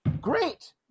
Great